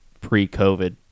pre-COVID